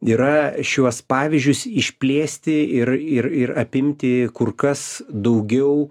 yra šiuos pavyzdžius išplėsti ir ir ir apimti kur kas daugiau